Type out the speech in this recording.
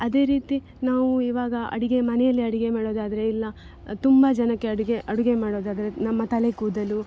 ಅದೇ ರೀತಿ ನಾವು ಇವಾಗ ಅಡುಗೆ ಮನೆಯಲ್ಲಿ ಅಡುಗೆ ಮಾಡೋದಾದರೆ ಇಲ್ಲ ತುಂಬ ಜನಕ್ಕೆ ಅಡುಗೆ ಅಡುಗೆ ಮಾಡೋದಾದರೆ ನಮ್ಮ ತಲೆ ಕೂದಲು